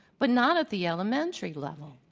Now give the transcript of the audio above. but not at the elementary level.